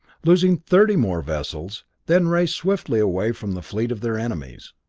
losing thirty more vessels, then raced swiftly away from the fleet of their enemies.